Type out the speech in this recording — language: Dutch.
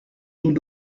toen